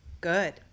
good